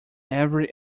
every